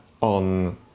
on